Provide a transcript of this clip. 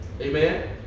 Amen